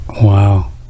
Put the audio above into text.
wow